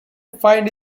find